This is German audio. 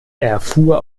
erfuhr